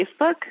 Facebook